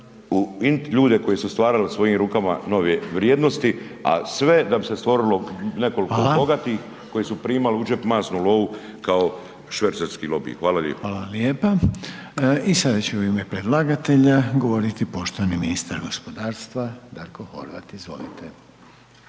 ljude koji su stvarali na svojim rukama nove vrijednosti, a sve da bi se stvorilo nekoliko …/Upadica: Hvala./… bogatih koji su primali u džep masnu lovu kao švercerski lobij. Hvala lijepa. **Reiner, Željko (HDZ)** Hvala lijepa. I sada će u ime predlagatelja govoriti poštovani ministar gospodarstva Darko Horvat. Izvolite.